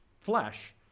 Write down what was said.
flesh